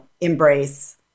embrace